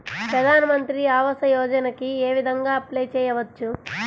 ప్రధాన మంత్రి ఆవాసయోజనకి ఏ విధంగా అప్లే చెయ్యవచ్చు?